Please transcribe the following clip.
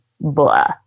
blah